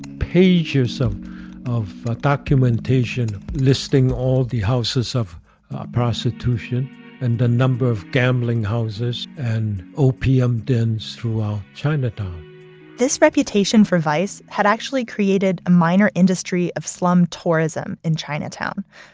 pages so of documentation listing all the houses of prostitution and the number of gambling houses and opium dens throughout chinatown this reputation for vice had actually created a minor industry of slum tourism in chinatown.